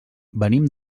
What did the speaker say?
venim